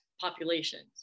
populations